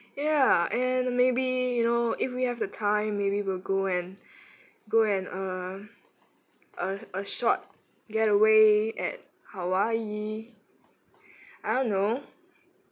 ya and maybe you know if we have the time maybe we'll go and go and uh a a short getaway at hawaii I don't know